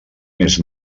més